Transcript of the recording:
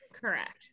Correct